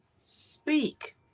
speak